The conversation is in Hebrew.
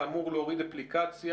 שאמור להוריד אפליקציה,